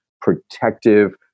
protective